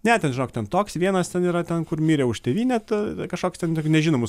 ne ten žinok ten toks vienas ten yra ten kur mirė už tėvynę ta kažkoks ten toki nežinomus